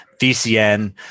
VCN